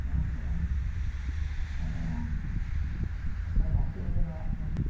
ᱧᱟᱢ ᱠᱚᱜᱼᱟ ᱟᱫᱚ ᱱᱚᱣᱟ ᱦᱚᱸ ᱥᱚᱨᱠᱟᱨ ᱵᱟᱭ ᱛᱤ ᱡᱟᱸᱜᱟᱣᱟᱜ ᱠᱟᱱᱟ